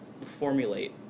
formulate